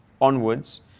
onwards